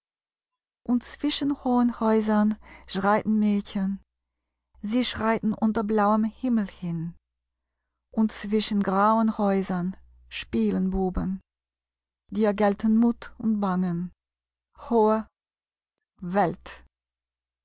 und zwischen hohen häusern schreiten mädchen sie schreiten unter blauem himmel hin und zwischen grauen häusern spielen buben dir gelten mut und bangen hohe welt